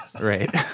right